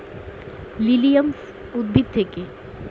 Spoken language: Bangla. লিলিয়াম উদ্ভিদ থেকে বিভিন্ন রঙের লিলি ফুল পাওয়া যায়